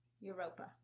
Europa